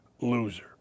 loser